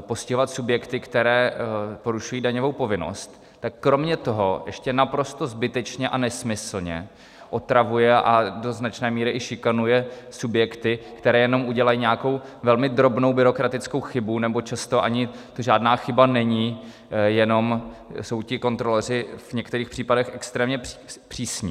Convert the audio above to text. postihovat subjekty, které porušují daňovou povinnost, tak kromě toho ještě naprosto zbytečně a nesmyslně otravuje a do značné míry i šikanuje subjekty, které jenom udělají nějakou velmi drobnou byrokratickou chybu, nebo často to ani žádná chyba není, jenom jsou ti kontroloři v některých případech extrémně přísní.